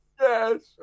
Yes